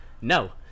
no